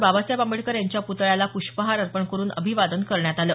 बाबासाहेब आंबेडकर यांच्या पुतळ्याला पुष्पहार अर्पण करून अभिवादन करण्यात आलं